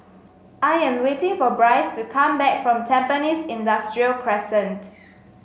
I am waiting for Bryce to come back from Tampines Industrial Crescent